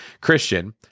Christian